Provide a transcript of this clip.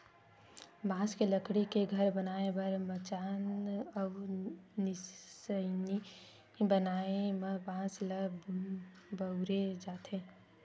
बांस के लकड़ी के घर बनाए बर मचान अउ निसइनी बनाए म बांस ल बउरे जाथे